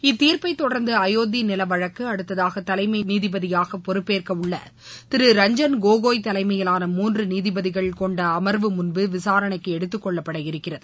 இத்தீர்ப்பை தொடர்ந்து அயோத்தி நில வழக்கு அடுத்ததாக தலைமை நீதிபதியாக பொறுப்பேற்க உள்ள திரு ரஞ்சன் கோகோய் தலைமையிலான மூன்று நீதிபதிகள் கொண்ட அமர்வு முன்பு விசாரணைக்கு எடுத்துக் கொள்ளப்பட இருக்கிறது